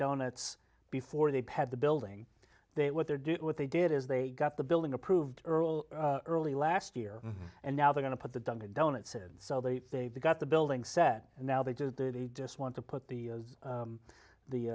donuts before they had the building they what they're doing what they did is they got the building approved early last year and now they're going to put the dunkin donuts in so they they've got the building set and now they just did it just want to put the